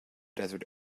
desert